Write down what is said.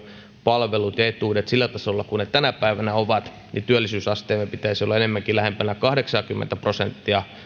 palvelut ja etuudet sillä tasolla kuin ne tänä päivänä ovat niin työllisyysasteemme pitäisi olla enemmänkin lähempänä kahdeksaakymmentä prosenttia